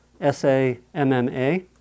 S-A-M-M-A